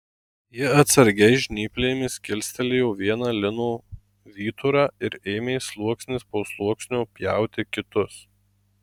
ji atsargiai žnyplėmis kilstelėjo vieną lino vyturą ir ėmė sluoksnis po sluoksnio pjauti kitus